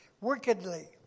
wickedly